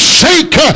shake